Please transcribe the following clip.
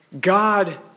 God